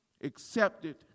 accepted